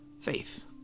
faith